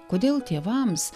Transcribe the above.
kodėl tėvams